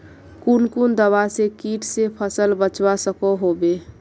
कुन कुन दवा से किट से फसल बचवा सकोहो होबे?